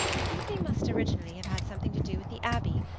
i think they must originally have had something to do with the abbey.